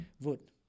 wood